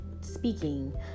speaking